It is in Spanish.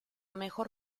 mejor